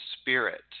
spirit